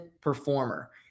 performer